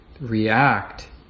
react